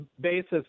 basis